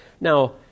Now